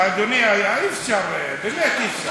אדוני, אי-אפשר, באמת אי-אפשר.